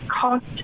cost